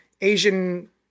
Asian